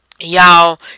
Y'all